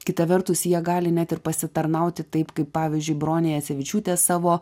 kita vertus jie gali net ir pasitarnauti taip kaip pavyzdžiui brone jacevičiūte savo